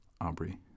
Aubrey